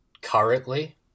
currently